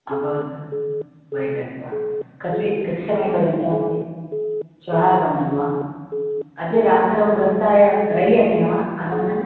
अभवत् वा बैटक् वा कति कति समयपर्यन्तम् अस्ति श्वः आगमनं वा अद्य रात्रौ प्रस्थाय रैल् यानेन वा आगमनं